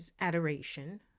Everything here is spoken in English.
adoration